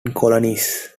colonies